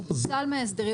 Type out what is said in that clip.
הוא פוצל מההסדרים,